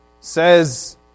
says